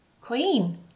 queen